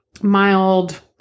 mild